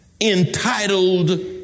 Entitled